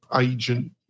Agent